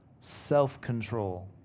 self-control